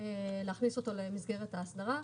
להכניס אותו למסגרת האסדרה.